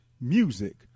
music